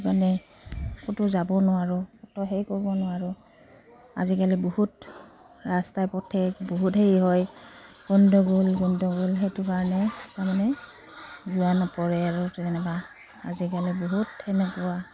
মানে ক'তো যাব নোৱাৰোঁ ক'তো হেৰি কৰিব নোৱাৰোঁ আজিকালি বহুত ৰাস্তাই পথে বহুত হেৰি হয় গণ্ডগোল গণ্ডগোল সেইটো কাৰণেই তাৰমানে যোৱা নপৰে আৰু যেনিবা আজিকালি বহুত সেনেকুৱা